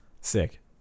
Sick